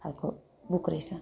खालको बुक रहेछ